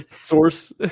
Source